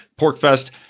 Porkfest